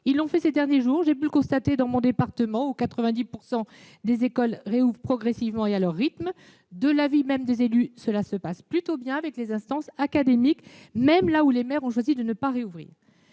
Ils l'ont fait ces derniers jours, j'ai pu le constater dans le département dont je suis élue, où 90 % des écoles rouvrent progressivement et à leur rythme. De l'avis même des élus, cela se passe plutôt bien avec les instances académiques, même là où les maires ont choisi de ne pas rouvrir.